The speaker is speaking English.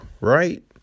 right